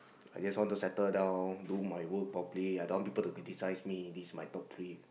I just want to settle down do my work properly I don't want people to criticise me this my top three